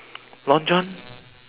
long john